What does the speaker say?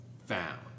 Found